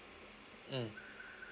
mm